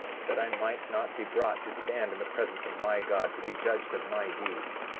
that i might not be brought to stand in the presence of my god, to be judged of my deeds.